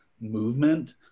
movement